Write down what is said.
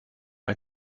ein